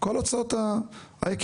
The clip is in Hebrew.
כל הוצאות ההיקפיות,